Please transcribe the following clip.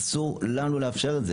אסור לנו לאפשר את זה